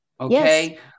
Okay